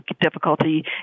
difficulty